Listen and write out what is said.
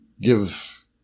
give